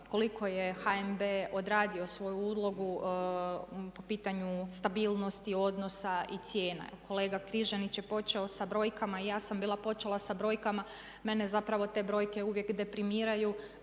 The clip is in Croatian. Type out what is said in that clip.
koliko je HNB odradio svoju ulogu po pitanju stabilnosti odnosa i cijena. Kolega Križanić je počeo sa brojkama, ja sam bila počela sa brojkama, mene zapravo te brojke uvijek deprimiraju.